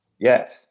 yes